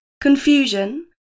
confusion